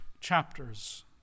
chapters